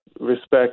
respect